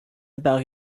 about